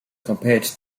compared